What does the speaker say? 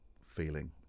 feeling